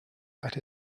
that